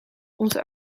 onze